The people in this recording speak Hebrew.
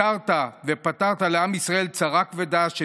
התרת ופתרת לעם ישראל צרה כבדה של